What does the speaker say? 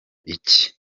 iki